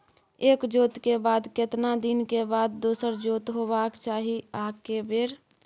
एक जोत के बाद केतना दिन के बाद दोसर जोत होबाक चाही आ के बेर?